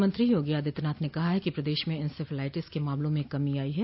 मुख्यमंत्री योगी आदित्यनाथ ने कहा है कि प्रदेश में इन्सेफेलाइटिस के मामले में कमी आयी है